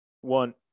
one